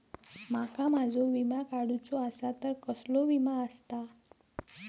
माका माझो विमा काडुचो असा तर कसलो विमा आस्ता?